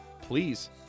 please